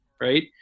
right